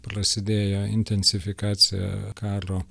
prasidėjo intensifikacija karo